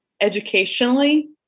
educationally